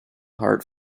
heart